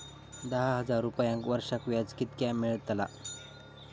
दहा हजार रुपयांक वर्षाक व्याज कितक्या मेलताला?